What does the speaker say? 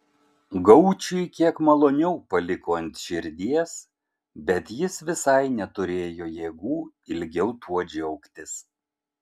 gaučiui kiek maloniau paliko ant širdies bet jis visai neturėjo jėgų ilgiau tuo džiaugtis